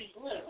blue